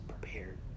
prepared